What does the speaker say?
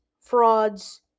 frauds